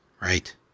Right